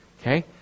Okay